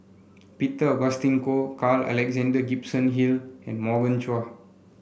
Peter Augustine Goh Carl Alexander Gibson Hill and Morgan Chua